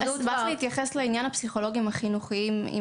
אני אשמח להתייחס לעניין הפסיכולוגים החינוכיים.